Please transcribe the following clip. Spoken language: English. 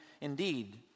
indeed